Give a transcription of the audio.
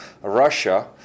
russia